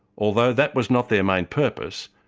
although that was not their main purpose,